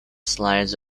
slides